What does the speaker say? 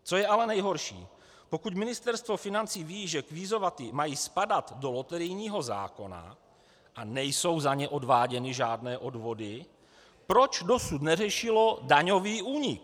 Co je ale nejhorší, pokud Ministerstvo financí ví, že kvízomaty mají spadat do loterijního zákona a nejsou za ně odváděny žádné odvody, proč dosud neřešilo daňový únik?